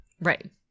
Right